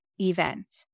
event